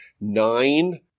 nine